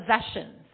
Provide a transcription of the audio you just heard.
possessions